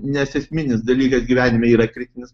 nes esminis dalykas gyvenime yra kritinis